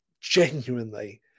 genuinely